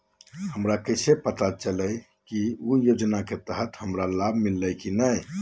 हमरा कैसे पता चली की उ योजना के तहत हमरा लाभ मिल्ले की न?